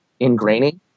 ingraining